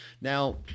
Now